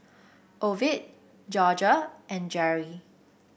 Ovid Jorja and Geri